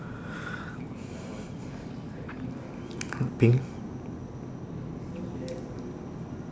pink